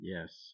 Yes